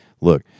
Look